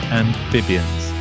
amphibians